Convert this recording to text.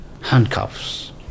handcuffs